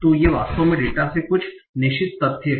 तो ये वास्तव में डेटा से कुछ निश्चित तथ्य हैं